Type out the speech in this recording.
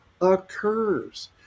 occurs